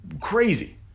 crazy